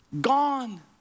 gone